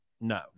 No